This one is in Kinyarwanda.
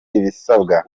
ibisabwa